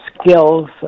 skills